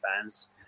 fans